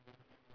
ya